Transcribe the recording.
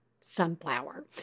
sunflower